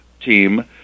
team